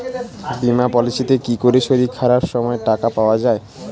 বীমা পলিসিতে কি করে শরীর খারাপ সময় টাকা পাওয়া যায়?